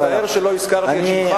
מצטער שלא הזכרתי את שמך.